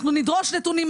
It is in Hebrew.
אנחנו נדרוש נתונים,